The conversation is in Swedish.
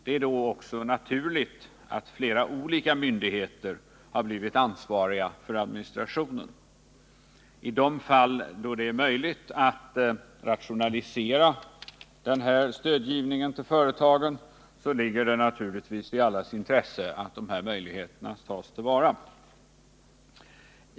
Det är då också naturligt att flera olika myndigheter har blivit ansvariga för administrationen. I de fall då det är möjligt att rationalisera denna stödgivning till företagen ligger det naturligtvis i allas intresse att dessa möjligheter tas till vara.